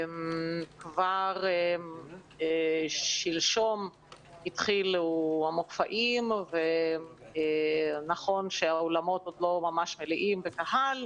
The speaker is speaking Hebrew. כבר שלשום התחילו המופעים ונכון שהאולמות עוד לא ממש מלאים בקהל,